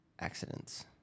accidents